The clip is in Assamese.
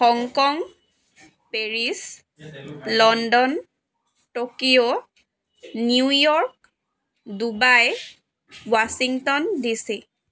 Hong Kong Paris London Tokyo New York Dubai Washington D C